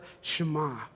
Shema